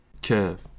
Kev